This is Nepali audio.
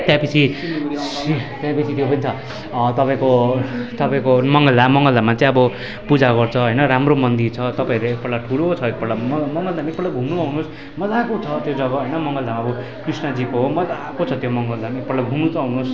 त्यसपछि त्यसपछि त्यो पनि छ तपाईँको तपाईँको मङ्गलधाम मङ्गलधाममा चाहिँ अबो पूजा गर्छ होइन राम्रो मन्दिर छ तपाईँहरूले एकपल्ट ठुलो छ एकपल्ट मङ्गलधाम एकपल्ट घुम्नु आउनुहोस् मज्जाको छ त्यो जग्गा होइन मङ्गलधाम अब कृष्णजीको हो मज्जाको छ त्यो मङ्गलधाम एकपल्ट घुम्नु चाहिँ आउनोस्